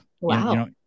wow